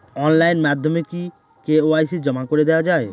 Online মাধ্যমে কি KYC জমা করে দেওয়া য়ায়?